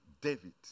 David